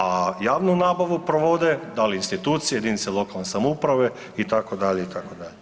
A javnu nabavu provode da li institucije jedinice lokalne samouprave itd., itd.